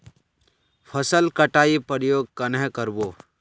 फसल कटाई प्रयोग कन्हे कर बो?